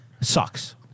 Sucks